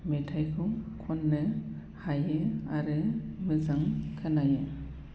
मेथाइखौ खननो हायो आरो मोजां खोनायो